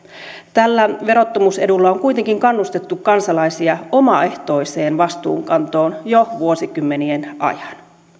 tällä verottomuusedulla on kuitenkin kannustettu kansalaisia omaehtoiseen vastuunkantoon jo vuosikymmenien ajan